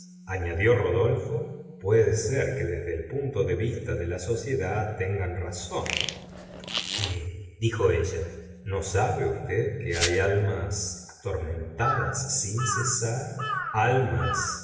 añadió rodolfo puede ser que desde el punto de vista de la sociedad tengan razón por qué dijo ella no sabe usted que hay almas atormentadas sin cesar almas